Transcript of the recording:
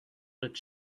but